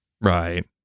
Right